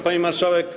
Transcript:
Pani Marszałek!